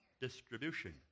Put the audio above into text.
distribution